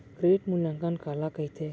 Credit मूल्यांकन काला कहिथे?